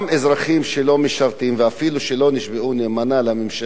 שלא משרתים ואפילו שלא נשבעו אמונים למדינה,